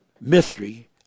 mystery